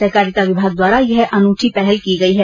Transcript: सहकारिता विमाग द्वारा यह अनूठी पहल की गई है